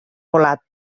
colat